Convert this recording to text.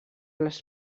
les